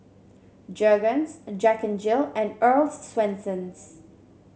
Jergens Jack N Jill and Earl's Swensens